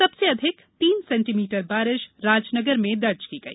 सबसे अधिक तीन सेंटीमीटर बारिश राजनगर में दर्ज की गई